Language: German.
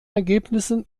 ergebnissen